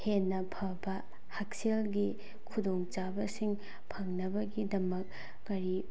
ꯍꯦꯟꯅ ꯐꯕ ꯍꯛꯆꯦꯜꯒꯤ ꯈꯨꯗꯣꯡꯆꯥꯕꯁꯤꯡ ꯐꯪꯅꯕꯒꯤꯗꯃꯛ ꯀꯔꯤ